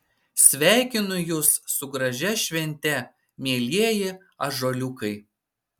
sveikinu jus su gražia švente mielieji ąžuoliukai